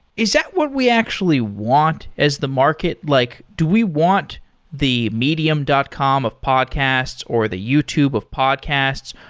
is that what we actually want as the market? like do we want the medium dot com of podcasts or the youtube of podcasts,